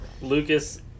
Lucas